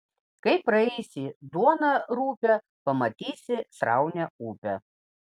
kai praeisi duoną rupią pamatysi sraunią upę